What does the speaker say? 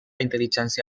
intel·ligència